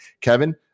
Kevin